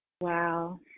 Wow